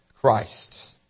Christ